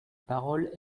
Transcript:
parole